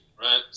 right